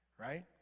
right